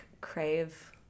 crave